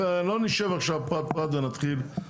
לא נשב עכשיו פרט פרט ונתחיל,